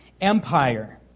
empire